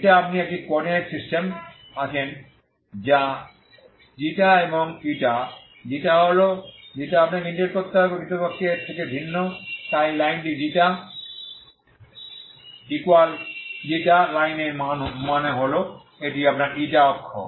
ξ আপনি কি এই কোঅর্ডিনেট সিস্টেম আছেন ξ এবং η ξ হল ξ আপনাকে ইন্টিগ্রেট করতে হবে actually প্রকৃতপক্ষে এর থেকে ভিন্ন তাই এই লাইনটি এই লাইনটি ξ ইকুয়াল ξ লাইন এর মানে হল এটি আপনার η অক্ষ